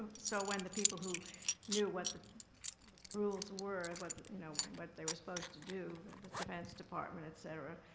so when the people who knew what the rules were, but you know, what they were supposed to do, the defense department, et cetera,